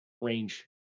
range